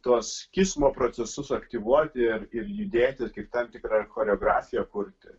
tuos kismo procesus aktyvuoti ir judėti kaip tam tikra choreografiją kurti